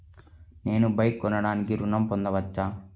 నేను బైక్ కొనటానికి ఋణం పొందవచ్చా?